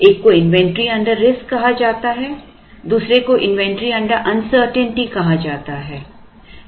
एक को inventory under risk कहा जाता है दूसरे को इन्वेंटरी अंडर अनसर्टेंटी कहा जाता है